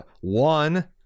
one